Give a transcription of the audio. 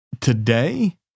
today